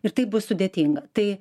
ir tai bus sudėtinga tai